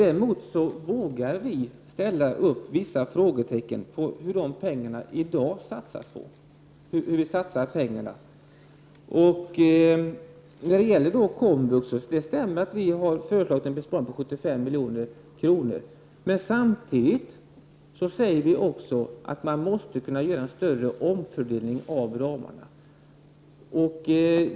Däremot vågar vi sätta vissa frågetecken för hur de pengarna i dag satsas. Det stämmer att vi har föreslagit en besparing på 75 milj.kr. när det gäller komvux. Men samtidigt säger vi att man måste kunna göra en större omfördelning av ramarna.